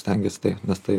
stengiuosi tai nes tai